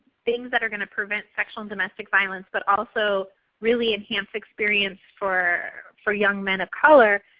things that are going to prevent sexual and domestic violence, but also really enhance experience for for young men of color,